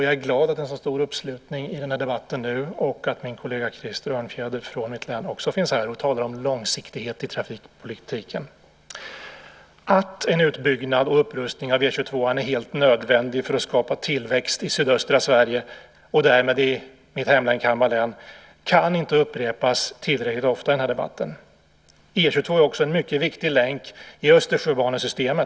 Jag är glad att det är en så stor uppslutning till denna debatt nu och att min kollega Krister Örnfjäder från mitt län också finns här och talar om långsiktighet i trafikpolitiken. Att en utbyggnad och upprustning av E 22 är helt nödvändig för att skapa tillväxt i sydöstra Sverige och därmed i mitt hemlän Kalmar län kan inte upprepas tillräckligt ofta i debatten. E 22 är också en mycket viktig länk i Östersjöbanesystemet.